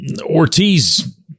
Ortiz